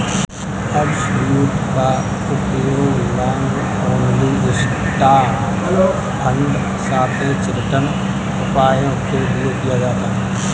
absolute का उपयोग long only stock fund सापेक्ष रिटर्न उपायों के लिए किया जाता है